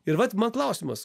ir vat man klausimas